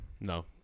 No